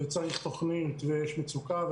וצריך תוכנית ויש מצוקה.